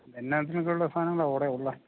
എന്തിനൊക്കെയുള്ള സാധനങ്ങളാണ് അവിടെയുള്ളത്